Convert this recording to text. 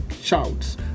shouts